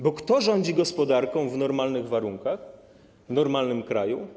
Bo kto rządzi gospodarką w normalnych warunkach, w normalnym kraju?